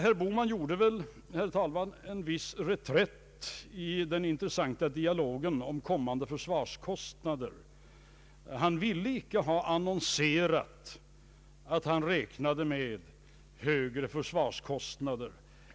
Herr Bohman gjorde, herr talman, en viss reträtt i den intressanta dialogen om kommande försvarskostnader. Han ville inte annonsera att han räknade med högre försvarskostnader.